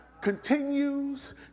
continues